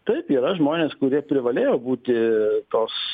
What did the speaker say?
taip yra žmonės kurie privalėjo būti tos